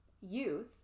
youth